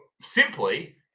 Simply